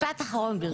משפט אחרון, ברשותך.